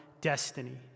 destiny